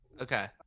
okay